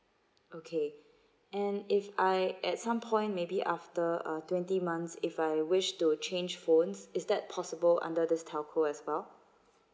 okay and if I at some point maybe after uh twenty months if I wish to change phones is that possible under this telco as well